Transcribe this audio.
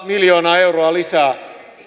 miljoonaa euroa lisää